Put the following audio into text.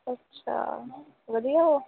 ਅੱਛਾ ਵਧੀਆ ਉਹ